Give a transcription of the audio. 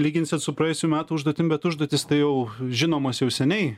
lyginsit su praėjusių metų užduotim bet užduotys tai jau žinomos jau seniai